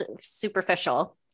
superficial